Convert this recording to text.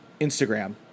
Instagram